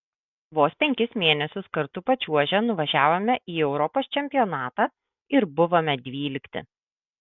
vos penkis mėnesius kartu pačiuožę nuvažiavome į europos čempionatą ir buvome dvylikti